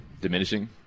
diminishing